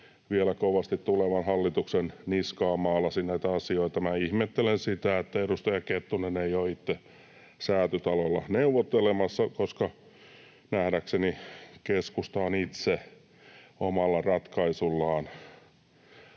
vielä kovasti maalasi tulevan hallituksen niskaan näitä asioita. Minä ihmettelen sitä, että edustaja Kettunen ei ole itse Säätytalolla neuvottelemassa, koska nähdäkseni keskusta on itse omalla ratkaisullaan